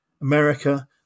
America